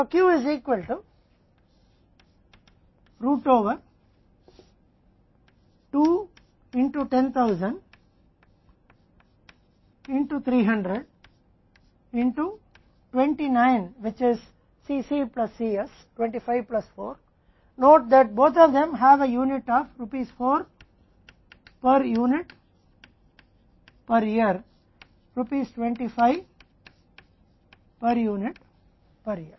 तो Q बराबर है रूट ओवर 2 10000 300 29 जो Cc से Cs 4 25 प्लस 4 है ध्यान दें कि दोनों में प्रति वर्ष 25 रुपये प्रति यूनिट के हिसाब से 4 रुपये प्रति यूनिट की दर है